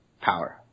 power